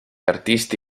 artisti